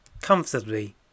comfortably